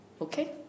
Okay